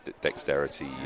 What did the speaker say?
dexterity